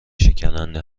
شکننده